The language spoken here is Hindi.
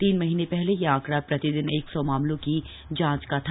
तीन महीने पहले यह आंकड़ा प्रतिदिन एक सौ मामलों की जांच का था